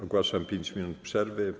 Ogłaszam 5 minut przerwy.